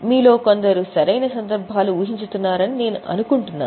మీలో కొందరు సరైన సందర్భాలు ఊహించుతున్నారని నేను అనుకుంటున్నాను